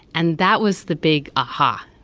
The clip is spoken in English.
and that was the big aha,